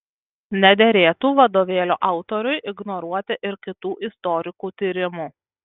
nederėtų vadovėlio autoriui ignoruoti ir kitų istorikų tyrimų